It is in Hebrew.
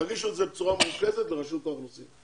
תגישו את זה בצורה מרוכזת לרשות האוכלוסין.